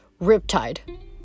Riptide